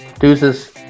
Deuces